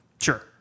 Sure